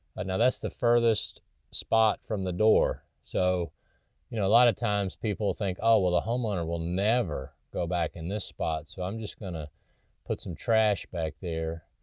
and that's the furthest spot from the door, so a lot of times people think, oh, well, the homeowner will never go back in this spot, so i'm just gonna put some trash back there.